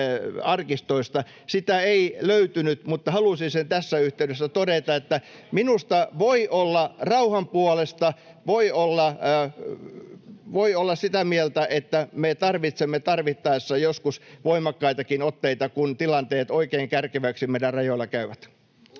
Sitä ei löytynyt, mutta halusin sen tässä yhteydessä todeta, että minusta voi olla rauhan puolesta, voi olla sitä mieltä, että me tarvitsemme tarvittaessa joskus voimakkaitakin otteita, kun tilanteet oikein kärkeviksi meidän rajoillamme käyvät.